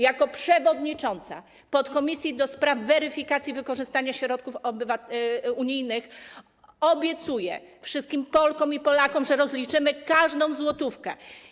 Jako przewodnicząca podkomisji ds. weryfikacji wykorzystania środków unijnych obiecuję wszystkim Polkom i Polakom, że rozliczymy każdą złotówkę.